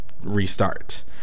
restart